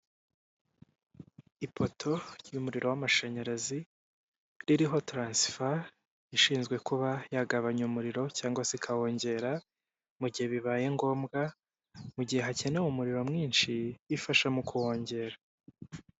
Ipoto ry'umuriro w'amashanyarazi ririho taransifa ishinzwe kuba yagabanya umuriro cyangwa zikawongera, mu gihe bibaye ngombwa mu gihe hakenewe umuriro mwinshi ifasha mu kuwongera.